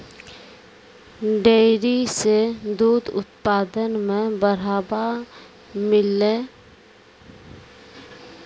dairy सें दूध उत्पादन म बढ़ावा मिललय